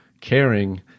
caring